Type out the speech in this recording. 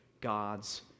God's